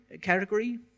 category